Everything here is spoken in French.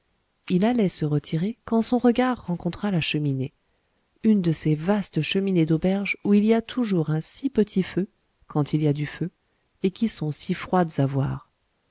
il allait se retirer quand son regard rencontra la cheminée une de ces vastes cheminées d'auberge où il y a toujours un si petit feu quand il y a du feu et qui sont si froides à voir